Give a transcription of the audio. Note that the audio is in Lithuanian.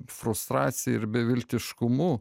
frustracija ir beviltiškumu